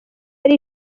hari